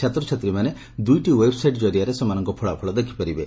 ଛାତ୍ରଛାତ୍ରୀମାନେ ଦୁଇଟି ଓ୍ୱେବ୍ସାଇଟ୍ କରିଆରେ ସେମାନଙ୍କ ଫଳାଫଳ ଦେଖି ପାରିବେ